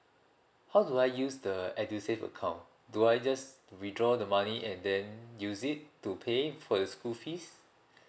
how do I use the edusave account do I just withdraw the money and then use it to pay for the school fees